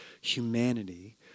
humanity